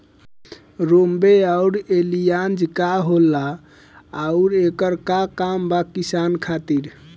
रोम्वे आउर एलियान्ज का होला आउरएकर का काम बा किसान खातिर?